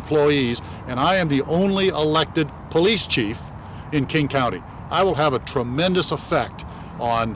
employees and i am the only elected police chief in king county i will have a tremendous effect on